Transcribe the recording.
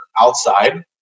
outside